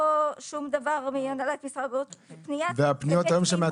לא שום דבר מהנהלת משרד הבריאות -- והפניות שמגיעות